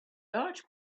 large